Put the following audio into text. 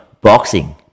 Boxing